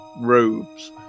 robes